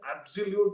absolute